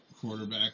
quarterback